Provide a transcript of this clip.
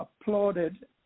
applauded